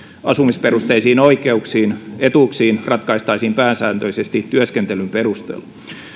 asumisperusteisiin oikeuksiin etuuksiin ratkaistaisiin pääsääntöisesti työskentelyn perusteella